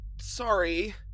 Sorry